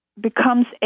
becomes